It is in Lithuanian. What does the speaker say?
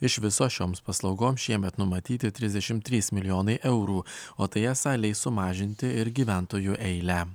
iš viso šioms paslaugoms šiemet numatyti trisdešimt trys milijonai eurų o tai esą leis sumažinti ir gyventojų eilę